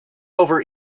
over